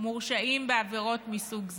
מורשעים בעבירות מסוג זה.